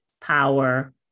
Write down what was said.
power